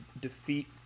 defeat